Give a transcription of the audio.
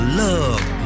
love